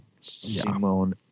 Simone